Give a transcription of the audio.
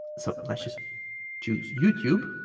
so let's just choose youtube